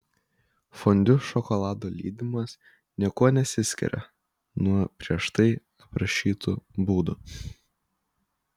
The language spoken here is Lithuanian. fondiu šokolado lydymas niekuo nesiskiria nuo prieš tai aprašytų būdų